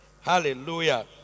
Hallelujah